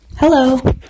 Hello